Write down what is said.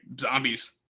zombies